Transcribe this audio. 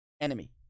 enemy